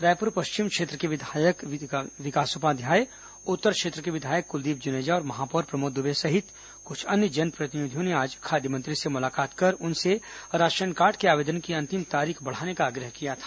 रायपुर पश्चिम के विधायक विकास उपाध्याय उत्तर क्षेत्र के विधायक कुलदीप जुनेजा और महापौर प्रमोद दुबे सहित कुछ अन्य जनप्रतिनिधियों ने आज खाद्य मंत्री से मुलाकात कर उनसे राशन कार्ड के आवेदन की अंतिम तारीख बढ़ाने का आग्रह किया था